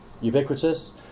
ubiquitous